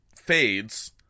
fades